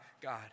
God